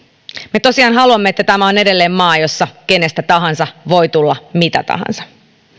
me tosiaan haluamme että tämä on edelleen maa jossa kenestä tahansa voi tulla mitä tahansa